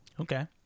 Okay